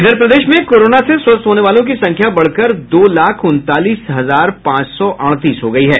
इधर प्रदेश में कोरोना से स्वस्थ होने वालों की संख्या बढ़कर दो लाख उनतालीस हजार पांच सौ अड़तीस हो गयी है